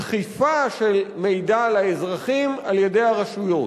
דחיפה של מידע לאזרחים על-ידי הרשויות.